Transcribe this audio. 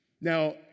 Now